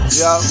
yo